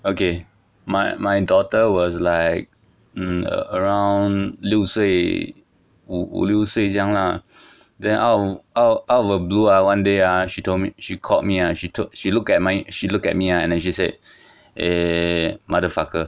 okay my my daughter was like mm around 六岁五五六岁这样啦 then out~ out out of the blue ah one day ah she told me she called me ah she told she looked at my she looked at me ah and then she said eh mother fucker